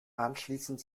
anschließend